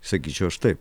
sakyčiau aš taip